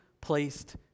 placed